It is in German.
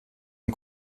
und